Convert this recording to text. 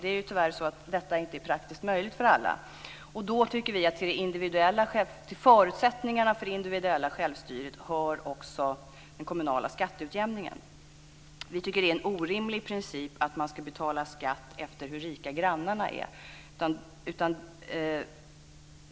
Det är tyvärr så att detta inte är praktiskt möjligt för alla. Då tycker vi att en av förutsättningarna för det individuella självstyret är den kommunala skatteutjämningen. Vi tycker att det är en orimlig princip att vi ska betala skatt efter hur rika grannarna är.